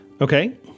Okay